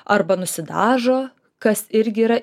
arba nusidažo kas irgi yra